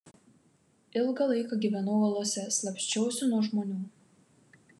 ilgą laiką gyvenau olose slapsčiausi nuo žmonių